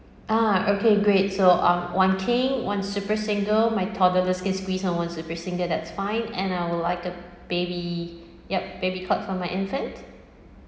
ah okay great so um one king one super single my toddlers can squeeze on one super single that's fine and I would like a baby yup baby cot for my infant